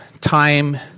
time